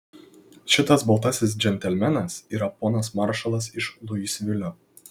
šitas baltasis džentelmenas yra ponas maršalas iš luisvilio